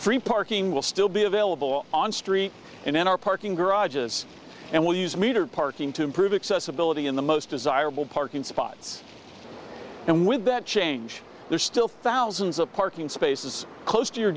free parking will still be available on street and in our parking garages and will use metered parking to improve accessibility in the most desirable parking spots and with that change there are still thousands of parking spaces close to your